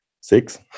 Six